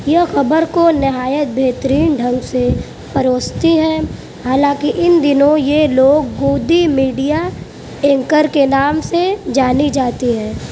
یہ خبر کو نہایت بہترین ڈھنگ سے پروستی ہیں حالانکہ ان دنوں یہ لوگ گودی میڈیا اینکر کے نام سے جانی جاتی ہیں